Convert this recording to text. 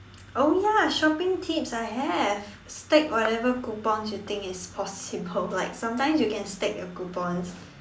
oh ya shopping tips I have stack whatever coupons you think is possible like sometimes you can stack your coupons